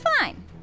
fine